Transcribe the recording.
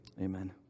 Amen